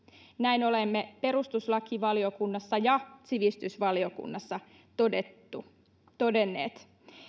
näin olemme perustuslakivaliokunnassa ja sivistysvaliokunnassa todenneet